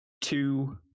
two